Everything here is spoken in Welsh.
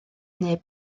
neb